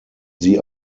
sie